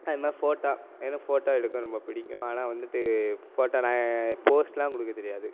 அது மாதிரி ஃபோட்டால் எனக்கு ஃபோட்டோ எடுக்க ரொம்ப பிடிக்கும் ஆனால் வந்துட்டு ஃபோட்டோவில போஸ்லாம் கொடுக்க தெரியாது